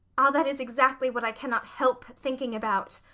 ah, that is exactly what i cannot help thinking about.